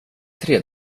tre